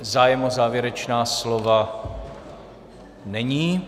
Zájem o závěrečná slova není.